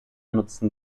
nutzen